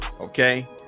Okay